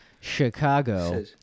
Chicago